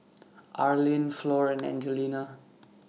Arlene Flor and Angelina